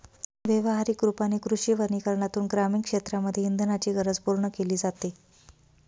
व्यवहारिक रूपाने कृषी वनीकरनातून ग्रामीण क्षेत्रांमध्ये इंधनाची गरज पूर्ण केली जाते